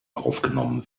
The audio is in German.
aufgenommen